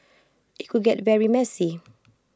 IT could get very messy